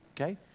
Okay